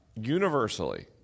Universally